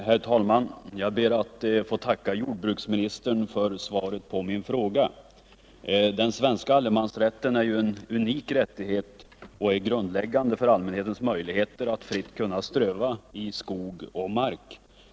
Herr talman! Jag ber att få tacka jordbruksministern för svaret på min fråga. Den svenska allemansrätten är en unik rättighet, och den är grundläggande för allmänhetens möjligheter att fritt kunna ströva i skog och mark.